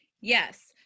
Yes